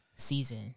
season